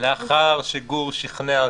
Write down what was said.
לאחר שגור שכנע.